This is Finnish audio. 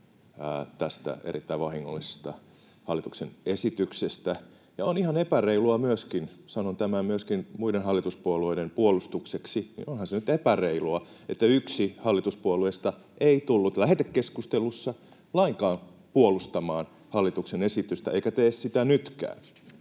tästä erittäin vahingollisesta hallituksen esityksestä. Ja on ihan epäreilua myöskin — sanon tämän myöskin muiden hallituspuolueiden puolustukseksi — että yksi hallituspuolueista ei tullut lähetekeskustelussa lainkaan puolustamaan hallituksen esitystä eikä tee sitä nytkään.